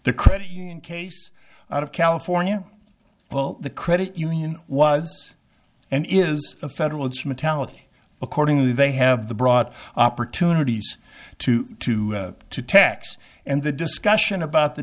the credit union case out of california well the credit union was and is a federal it's metallic accordingly they have the brought opportunities to to to tax and the discussion about the